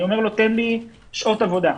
אני אומר תן לי שעות עבודה.